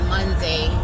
Monday